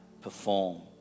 perform